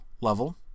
level